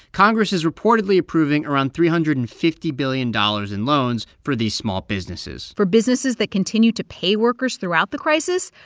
congress is reportedly approving around three hundred and fifty billion dollars in loans for these small businesses for businesses that continue to pay workers throughout the crisis,